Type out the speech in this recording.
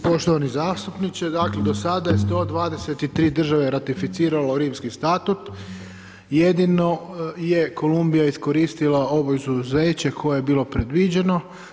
Poštovani zastupniče, dakle, do sada je 123 države ratificiralo Rimski statut, jedino je Kolumbija iskoristila ovo izuzeće koje je bilo predviđeno.